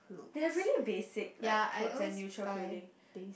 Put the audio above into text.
they have really basic like clothes and neutral clothing